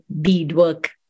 beadwork